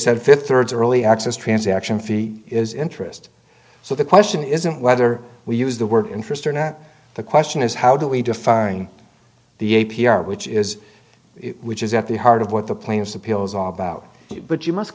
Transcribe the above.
said fifth thirds early access transaction fee is interest so the question isn't whether we use the word interest or not the question is how do we define the a p r which is which is at the heart of what the plaintiff's appeal is all about but you must